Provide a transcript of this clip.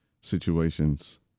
situations